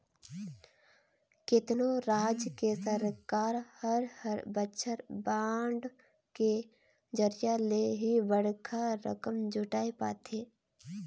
केतनो राज के सरकार हर हर बछर बांड के जरिया ले ही बड़खा रकम जुटाय पाथे